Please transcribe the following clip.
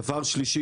דבר שלישי,